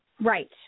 right